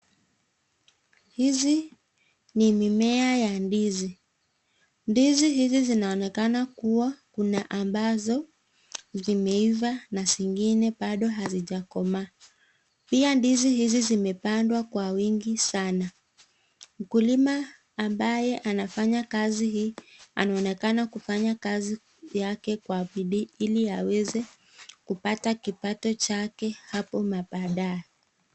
Hizi ni mimea ya ndizi, ndizi hizi zinaonekana kuwa kuna ambazo zimeivaa na zingine bado hazijakomaa. Pia ndizi hizi zimepandwa kwa wingi sana. Mkulima ambaye anafanya kazi hii anaonekana kufanya kazi yake kwa bidii ili aweze kupata kipato chake hapo mabadaye.